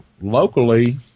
locally